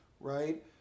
right